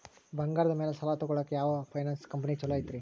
ಬಂಗಾರದ ಮ್ಯಾಲೆ ಸಾಲ ತಗೊಳಾಕ ಯಾವ್ ಫೈನಾನ್ಸ್ ಕಂಪನಿ ಛೊಲೊ ಐತ್ರಿ?